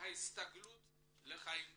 וההסתגלות לחיים בישראל.